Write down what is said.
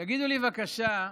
תגידו לי, בבקשה,